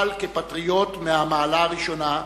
אבל כפטריוט מהמעלה הראשונה,